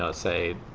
ah say